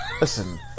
Listen